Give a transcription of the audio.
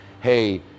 hey